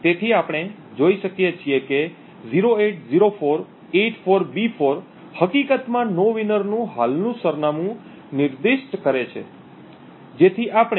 તેથી આપણે જોઈ શકીએ છીએ કે 080484B4 હકીકતમાં નોવિનર નું હાલનું સરનામું નિર્દિષ્ટ કરે છે